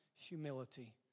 humility